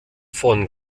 von